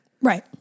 right